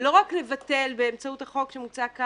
לא רק לבטל באמצעות הצעת החוק הזאת את